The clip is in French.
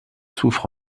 souffre